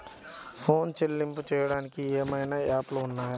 Phone చెల్లింపులు చెయ్యటానికి ఏవైనా యాప్లు ఉన్నాయా?